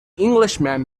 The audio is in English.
englishman